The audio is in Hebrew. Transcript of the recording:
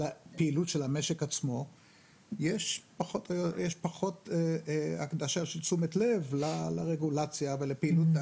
ולפעילות של המשק עצמו יש פחות הקדשה של תשומת לב לרגולציה לפעילות,